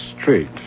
street